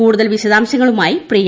കൂടുതൽ വിശദാംശങ്ങളുമായി പ്രിയ